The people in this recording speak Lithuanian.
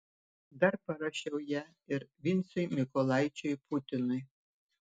dar parašiau ją ir vincui mykolaičiui putinui